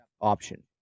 option